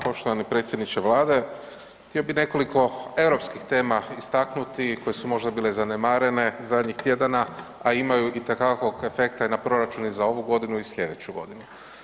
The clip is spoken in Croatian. Poštovani predsjedniče vlade, htio bi nekoliko europskih tema istaknuti koje su možda bile zanemarene zadnjih tjedana, a imaju itekakvog efekta i na proračun i za ovu godinu i slijedeću godinu.